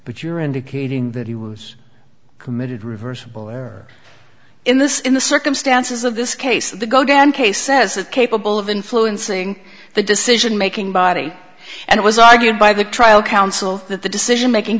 but you're indicating that he was committed reversible error in this in the circumstances of this case the gauguin case says that capable of influencing the decision making body and it was argued by the trial counsel that the decision making